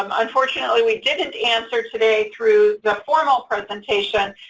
um unfortunately, we didn't answer today through the formal presentation,